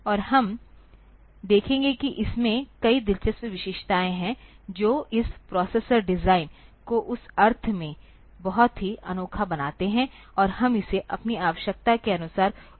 और हम देखेंगे कि इसमें कई दिलचस्प विशेषताएं हैं जो इस प्रोसेसर डिज़ाइन को उस अर्थ में बहुत ही अनोखा बनाते हैं और हम इसे अपनी आवश्यकता के अनुसार उपयोग कर सकते हैं